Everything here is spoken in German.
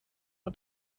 und